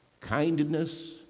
kindness